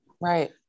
Right